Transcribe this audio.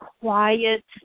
quiet